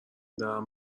دارم